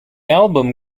album